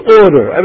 order